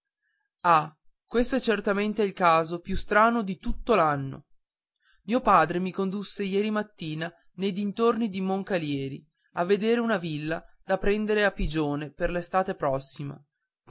ah questo è certamente il caso più strano di tutto l'anno mio padre mi condusse ieri mattina nei dintorni di moncalieri a vedere una villa da prendere a pigione per l'estate prossima